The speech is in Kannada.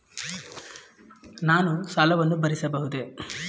ನಾನು ಸಾಲವನ್ನು ಭರಿಸಬಹುದೇ?